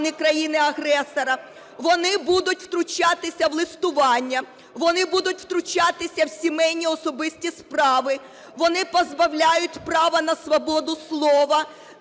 а не країни-агресора, вони будуть втручатися в листування, вони будуть втручатися в сімейні особисті справи, вони позбавляють права на свободу слова,